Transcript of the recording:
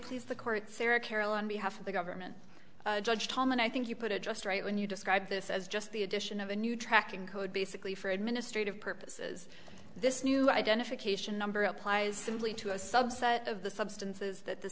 please the court sarah carolyn behalf of the government judge tom and i think you put it just right when you describe this as just the addition of a new tracking code basically for administrative purposes this new identification number applies only to a subset of the substances that the